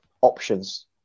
options